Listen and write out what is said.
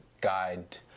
guide